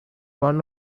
one